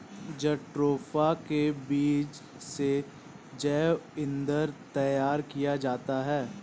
jatropha के बीज से जैव ईंधन तैयार किया जाता है